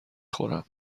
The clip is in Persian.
خورم